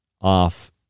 off